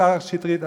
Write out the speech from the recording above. השר שטרית,